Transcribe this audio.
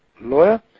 lawyer